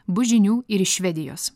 bus žinių ir švedijos